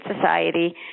Society